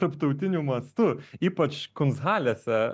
tarptautiniu mastu ypač konshalėse